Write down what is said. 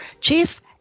Chief